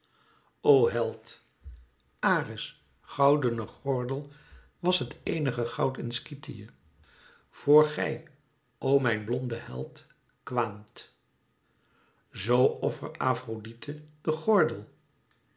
o held ares goudene gordel was het éenige goud in skythië voor gij o mijn blonde held kwaamt zoo offer afrodite den gordel